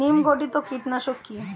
নিম ঘটিত কীটনাশক কি?